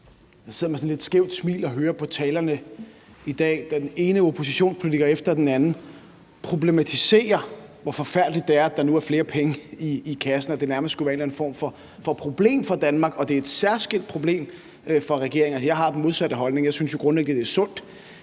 Jeg sidder med sådan et lidt skævt smil og hører på talerne i dag; den ene oppositionspolitiker efter den anden taler problematiserende om, hvor forfærdeligt det er, at der nu er flere penge i kassen, og at det nærmest skulle være en eller anden form for problem for Danmark, og at det er et særskilt problem for regeringen. Jeg har den modsatte holdning. Jeg synes jo grundlæggende, det er sundt,